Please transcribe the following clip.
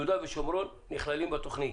יהודה ושומרון נכללים בתוכנית.